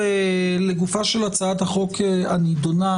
לגופה של הצעת החוק הנדונה,